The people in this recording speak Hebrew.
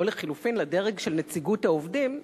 או לחלופין לדרג של נציגות העובדים,